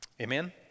Amen